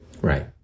Right